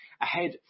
ahead